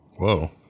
Whoa